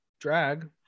drag